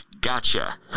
Gotcha